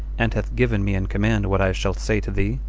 and hath given me in command what i shall say to thee.